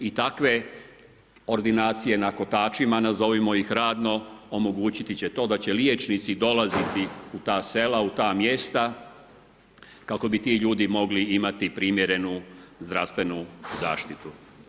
I takve ordinacije na kotačima, nazovimo ih radno omogućiti će to da će liječnici dolaziti u ta sela, u ta mjesta kako bi ti ljudi mogli imati primjerenu zdravstvenu zaštitu.